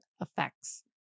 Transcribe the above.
effects